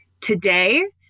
today